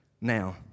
Now